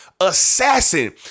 assassin